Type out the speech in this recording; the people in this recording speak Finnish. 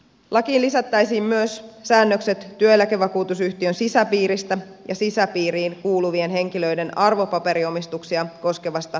lakiin lisättäisiin myös säännökset työeläkevakuutusyhtiön sisäpiiristä ja sisäpiiriin kuulu vien henkilöiden arvopaperiomistuksia koskevasta julkisesta rekisteristä